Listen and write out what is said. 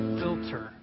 filter